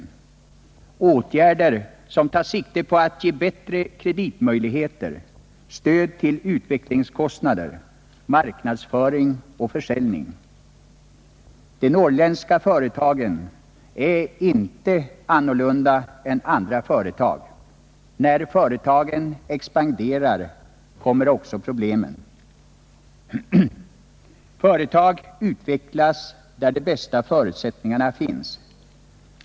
Är det åtgärder som tar sikte på att ge bättre kreditmöjligheter, stöd till utvecklingskostnader, marknadsföring och försäljning? De norrländska företagen är inte annorlunda än andra företag. När företagen expanderar, kommer också problemen. Företag utvecklas där de bästa förutsättningarna finns.